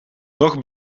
nog